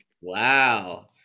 Wow